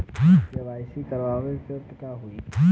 KYC ना करवाएम तब का होई?